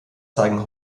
zeigen